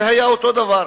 זה היה אותו דבר,